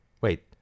Wait